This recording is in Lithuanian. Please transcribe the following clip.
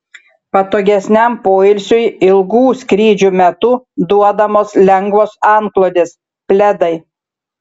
patogesniam poilsiui ilgų skrydžių metu duodamos lengvos antklodės pledai